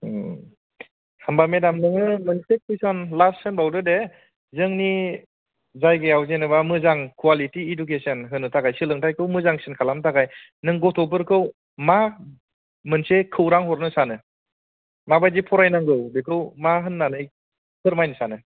होमबा मेदोम नोङो मोनसे कुइसन लास्ट होनबावदो दे जोंनि जायगायाव जेन'बा मोजां कवालिटि इडुकेसन होनो थाखाय सोलोंथाइखौ मोजांसिन खालामनो थाखाय नों गथ'फोरखौ मा मोनसे खौरां हरनो सानो माबादि फरायनांगौ बेखौ मा होन्नानै फोरमायनो सानो